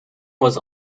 was